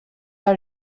are